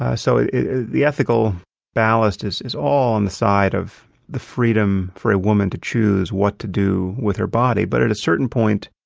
ah so the ethical ballast is is all on the side of the freedom for a woman to choose what to do with her body. but at a certain point,